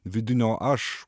vidinio aš